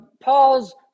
Paul's